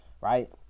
right